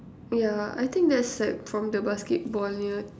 yeah I think that's like from the basketball yard